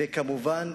וכמובן,